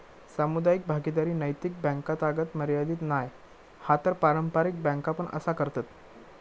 सामुदायिक भागीदारी नैतिक बॅन्कातागत मर्यादीत नाय हा तर पारंपारिक बॅन्का पण असा करतत